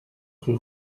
rue